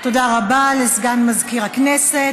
תודה רבה לסגן מזכירת הכנסת.